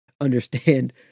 understand